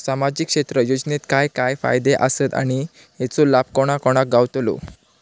सामजिक क्षेत्र योजनेत काय काय फायदे आसत आणि हेचो लाभ कोणा कोणाक गावतलो?